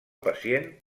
pacient